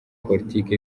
politiki